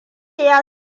ya